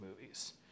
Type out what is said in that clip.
movies